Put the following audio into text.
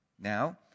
Now